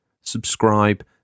subscribe